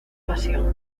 pasión